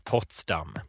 Potsdam